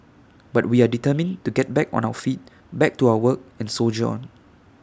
but we are determined to get back on our feet back to our work and soldier on